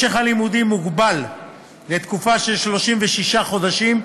משך הלימודים מוגבל לתקופה של 36 חודשים,